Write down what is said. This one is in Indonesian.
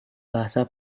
bahasa